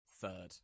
third